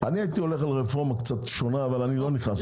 אני הייתי הולך על רפורמה קצת שונה אבל אני לא נכנס לזה.